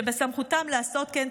שבסמכותן לעשות כן,